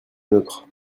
nôtre